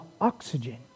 oxygen